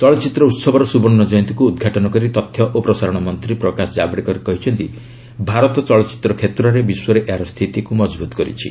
ଚଳଚ୍ଚିତ୍ର ଉହବର ସୁବର୍ଣ୍ଣ ଜୟନ୍ତୀକୁ ଉଦ୍ଘାଟନ କରି ତଥ୍ୟ ଓ ପ୍ରସାରଣ ମନ୍ତ୍ରୀ ପ୍ରକାଶ ଜାବ୍ଡେକର କହିଛନ୍ତି ଭାରତ ଚଳଚ୍ଚିତ୍ର କ୍ଷେତ୍ରରେ ବିଶ୍ୱରେ ଏହାର ସ୍ଥିତି ମଜବୁତ୍ କରିଛି